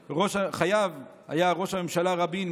חייב היה ראש הממשלה רבין,